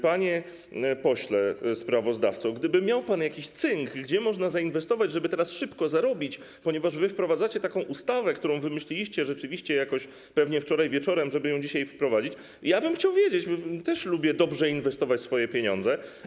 Panie pośle sprawozdawco, gdyby miał pan jakiś cynk, gdzie można zainwestować, żeby teraz szybko zarobić, ponieważ wprowadzacie taką ustawę, którą wymyśliliście pewnie wczoraj wieczorem, żeby ją dzisiaj wprowadzić, to chciałbym o tym wiedzieć, bo też lubię dobrze inwestować swoje pieniądze.